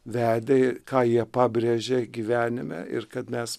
vedė ką jie pabrėžė gyvenime ir kad mes